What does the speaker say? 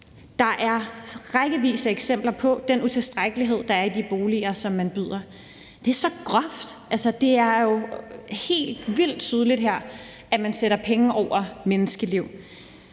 Der er massevis af eksempler på den utilstrækkelighed, der er i de boliger, som man tilbyder. Det er så groft; altså, det er jo helt vildt tydeligt her, at man sætter penge over menneskeliv.